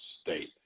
State